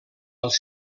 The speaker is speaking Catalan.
els